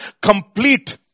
complete